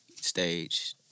stage